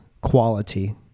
quality